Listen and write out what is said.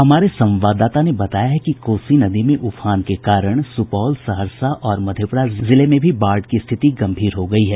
हमारे संवाददाता ने बताया है कि कोसी नदी में उफान के कारण सुपौल सहरसा और मधेपुरा जिले में बाढ़ की स्थिति गंभीर हो गयी है